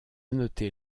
noter